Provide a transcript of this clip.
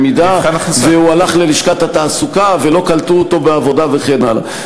במידה שהוא הלך ללשכת התעסוקה ולא קלטו אותו בעבודה וכן הלאה.